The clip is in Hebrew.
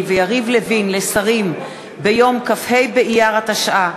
ויריב לוין לשרים ביום כ"ה באייר התשע"ה,